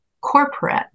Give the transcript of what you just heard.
corporate